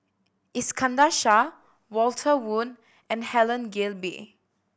Iskandar Shah Walter Woon and Helen Gilbey